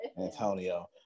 Antonio